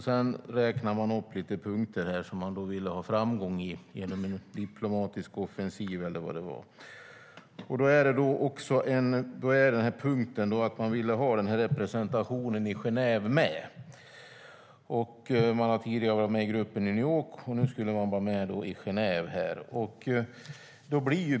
Sedan räknar man upp lite punkter där man vill ha framgång genom en diplomatisk offensiv. Sedan fanns punkten att man ville ha representation i Genève. Man har tidigare varit med i gruppen i New York, och nu skulle man alltså vara med i Genève.